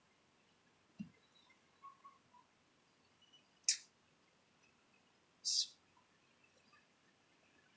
so